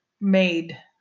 made